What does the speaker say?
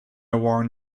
warn